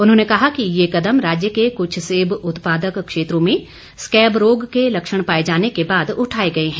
उन्होंने कहा कि ये कदम राज्य के कुछ सेब उत्पादक क्षेत्रों में स्कैब रोग के लक्षण पाए जाने के बाद उठाए गए हैं